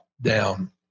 down